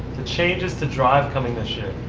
the changes to drive coming this year?